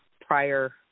prior